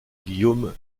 guillaume